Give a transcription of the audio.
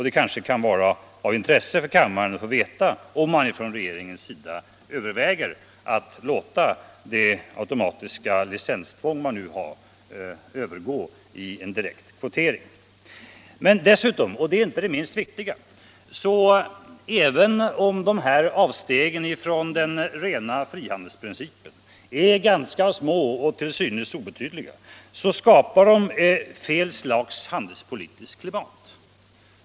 Det kan kanske vara av intresse för kammaren att få veta om man från regeringens sida överväger att låta det automatiska licenstvång, som man nu har, övergå till en direkt kvotering. Dessutom vill jag framhålla — och det är inte det minst viktiga — att även om dessa avsteg från den rena frihandelsprincipen är ganska små och till synes obetydliga, så skapar de fel slags handelspolitiskt klimat.